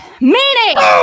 meaning